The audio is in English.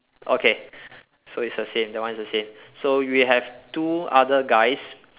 okay so it's the same that one is the same so we have two other guys